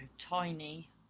tiny